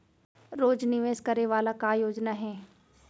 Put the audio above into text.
रोज निवेश करे वाला का योजना हे?